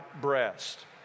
breast